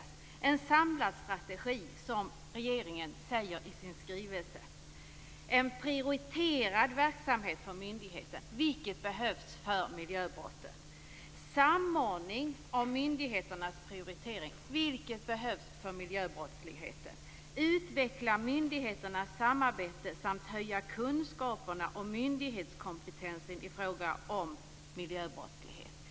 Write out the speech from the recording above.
Som regeringen säger i sin skrivelse behövs en samlad strategi. Regeringen talar vidare om en prioriterad verksamhet för myndigheten, vilket behövs i fråga om miljöbrotten. Det rör sig om en samordning av myndigheternas prioritering. Också detta behövs för miljöbrottsligheten. Man behöver utveckla myndigheternas samarbete samt förbättra kunskaperna och myndighetskompetensen i fråga om miljöbrottslighet.